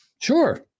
Sure